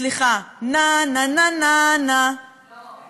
סליחה: נה, נה, נה, נה, נה.